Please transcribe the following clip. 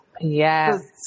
Yes